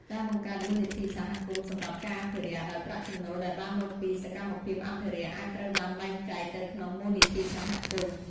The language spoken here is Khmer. ការបង្កើតមូលនិធិសហគមន៍សម្រាប់ការអភិរក្ស ដោយប្រាក់ចំណូលដែលបានមកពីសកម្មភាពអភិរក្ស អាចត្រូវបានបែងចែកទៅក្នុងមូលនិធិសហគមន៍។